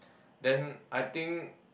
then I think